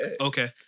Okay